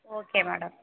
okay madam